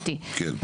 כן?